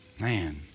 Man